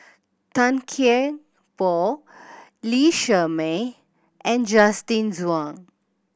Tan Kian Por Lee Shermay and Justin Zhuang